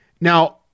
Now